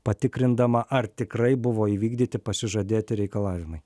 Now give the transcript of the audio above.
patikrindama ar tikrai buvo įvykdyti pasižadėti reikalavimai